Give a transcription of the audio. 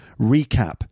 recap